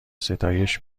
ستایش